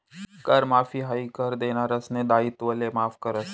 कर माफी हायी कर देनारासना दायित्वले माफ करस